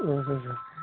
اَچھا اَچھا